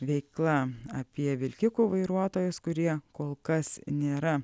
veikla apie vilkikų vairuotojus kurie kol kas nėra